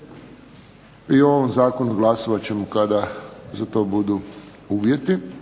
o ovom zakonu glasovat ćemo kada za to budu uvjeti.